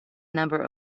number